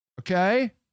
Okay